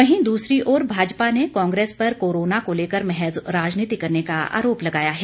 वहीं दूसरी ओर भाजपा ने कांग्रेस पर कोरोना को लेकर महज राजनीति करने का आरोप लगाया है